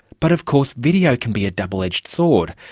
but of course video can be a double-edged sword.